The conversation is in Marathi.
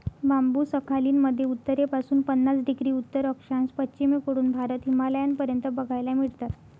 बांबु सखालीन मध्ये उत्तरेपासून पन्नास डिग्री उत्तर अक्षांश, पश्चिमेकडून भारत, हिमालयापर्यंत बघायला मिळतात